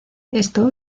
esto